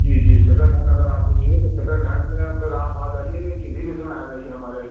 जी जी second hand अगर आपको चाहिए तो सेकेंड हैन्ड में फिर आप आ जाइएगा किसी भी समय आ जाइए हमारे